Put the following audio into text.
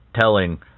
telling